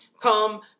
come